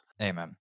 Amen